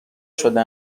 شده